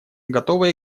готово